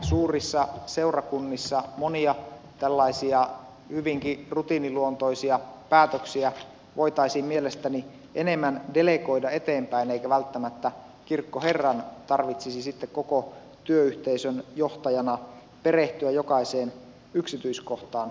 suurissa seurakunnissa monia tällaisia hyvinkin rutiiniluontoisia päätöksiä voitaisiin mielestäni enemmän delegoida eteenpäin eikä välttämättä kirkkoherran tarvitsisi sitten koko työyhteisön johtajana perehtyä jokaiseen yksityiskohtaan